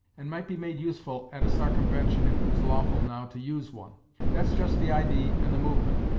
and might be made useful at a sarcumvention if it was lawful now to use one that's just the idee and the movement!